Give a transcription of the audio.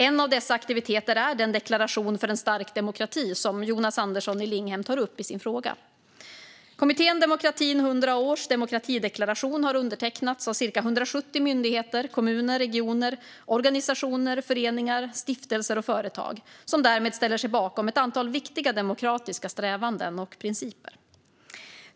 En av dessa aktiviteter är Deklaration för en stark demokrati som Jonas Andersson i Linghem tar upp i sin fråga. Demokratideklarationen från kommittén Demokratin 100 år har undertecknats av cirka 170 myndigheter, kommuner, regioner, organisationer, föreningar, stiftelser och företag som därmed ställer sig bakom ett antal viktiga demokratiska strävanden och principer.